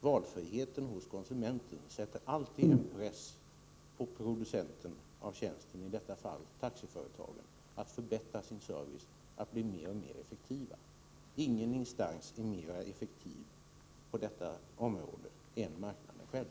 Valfriheten hos konsumenten sätter alltid en press på producenten av tjänsten, i detta fall taxiföretagen, att förbättra sin service, att bli mer och mer effektiv. Ingen instans är mera effektiv på detta område än marknaden själv.